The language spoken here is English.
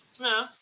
No